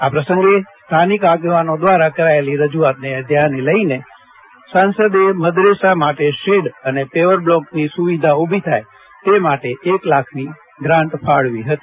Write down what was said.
આ પ્રસંગે સ્થાનિક આગેવાનો દ્વારા કરાયેલી રજૂઆતને ધ્યાને લઇને તેમણે મદરેસા માટે શેડ અને પેવરબ્લોકની સુવિધા ઊભી થાય તે માટે એક લાખની ગ્રાન્ટ ફાળવી હતી